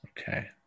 Okay